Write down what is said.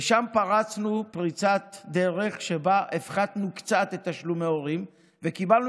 ושם פרצנו פריצת דרך שבה הפחתנו קצת את תשלומי ההורים וקיבלנו